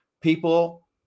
people